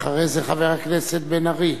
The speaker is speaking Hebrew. אחרי זה, חבר הכנסת בן-ארי,